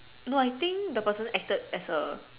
no I think the person acted as a